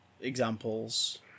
examples